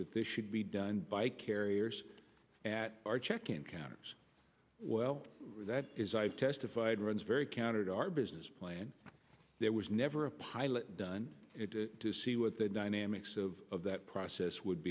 that this should be done by carriers at our check in counters well that is i've testified runs very counter to our business plan there was never a pilot done to see what the dynamics of that process would